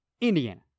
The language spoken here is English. Indiana